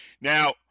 Now